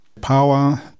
power